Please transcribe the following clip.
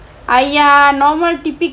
!aiya! normal typical